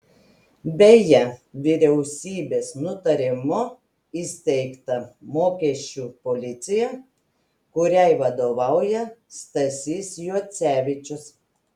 beje vyriausybės nutarimu įsteigta mokesčių policija kuriai vadovauja stasys juocevičius